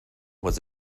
was